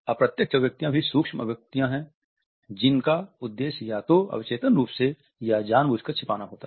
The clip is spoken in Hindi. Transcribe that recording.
अप्रत्यक्ष अभिव्यक्तियाँ भी सूक्ष्म अभिव्यक्तियाँ हैं जिनका उद्देश्य या तो अवचेतन रूप से या जान बूझकर छिपाना होता है